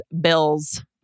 Bills